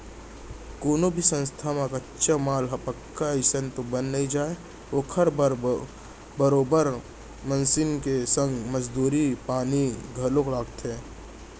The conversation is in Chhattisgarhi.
कोनो भी संस्था म कच्चा माल ह पक्का अइसने तो बन नइ जाय ओखर बर बरोबर मसीन के संग मजदूरी पानी घलोक लगथे